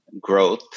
growth